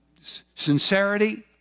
sincerity